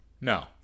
No